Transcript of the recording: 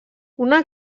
una